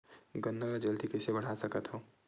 गन्ना ल जल्दी कइसे बढ़ा सकत हव?